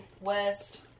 west